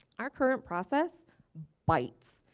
our current process bites.